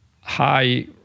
high